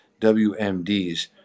WMDs